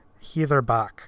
Heatherbach